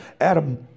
Adam